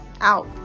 out